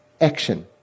action